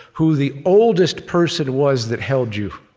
who the oldest person was that held you,